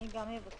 אני גם מבקשת.